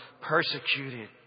persecuted